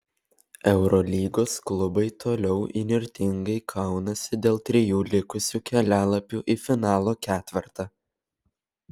eurolygos klubai toliau įnirtingai kaunasi dėl trijų likusių kelialapių į finalo ketvertą